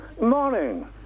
Morning